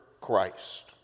Christ